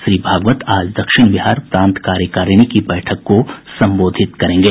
श्री भागवत आज दक्षिण बिहार प्रांत कार्यकारिणी की बैठक को संबोधित करेंगे